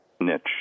niche